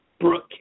Brooke